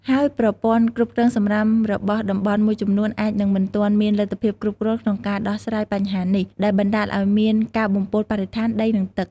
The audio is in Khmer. ហើយប្រព័ន្ធគ្រប់គ្រងសំរាមរបស់តំបន់មួយចំនួនអាចនឹងមិនទាន់មានលទ្ធភាពគ្រប់គ្រាន់ក្នុងការដោះស្រាយបញ្ហានេះ ដែលបណ្តាលឱ្យមានការបំពុលបរិស្ថាន ដី និងទឹក។